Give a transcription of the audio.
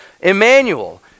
Emmanuel